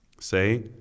Say